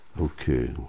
Okay